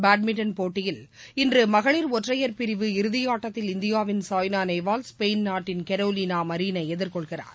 badminton போட்டியில் இன்று மகளிர் ஒற்றையர் பிரிவு இறுதியாட்டத்தில் இந்தியாவின் சாய்னா நேவால் ஸ்பெயின் நாட்டின் கரோலினா மரீனை எதிர்கொள்கிறார்